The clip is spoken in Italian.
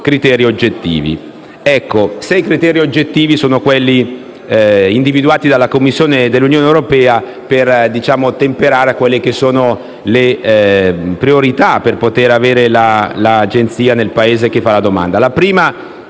a criteri oggettivi.